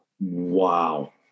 Wow